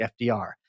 fdr